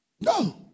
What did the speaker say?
No